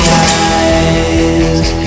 eyes